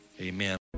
amen